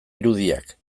irudiak